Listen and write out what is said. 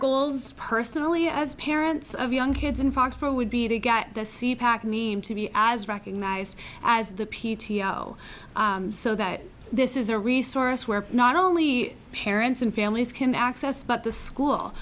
goals personally as parents of young kids in foxboro would be to get the sea pack need to be as recognized as the p t o so that this is a resource where not only parents and families can access but the school